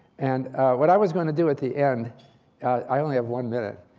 and what i was going to do at the end i only have one minute